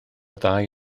ddau